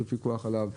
של פיקוח עליו,